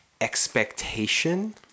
expectation